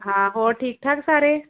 ਹਾਂ ਹੋਰ ਠੀਕ ਠਾਕ ਸਾਰੇ